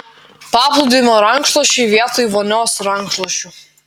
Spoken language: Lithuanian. paplūdimio rankšluosčiai vietoj vonios rankšluosčių